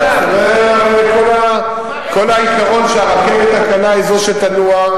כל העיקרון, שהרכבת הקלה היא זו שתנוע,